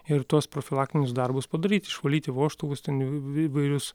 ir tuos profilaktinius darbus padaryti išvalyti vožtuvus ten įv įvairius